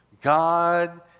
God